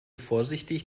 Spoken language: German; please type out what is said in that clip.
vorsichtig